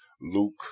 Luke